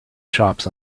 shops